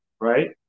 Right